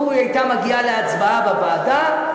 לו היא הייתה מגיעה להצבעה בוועדה,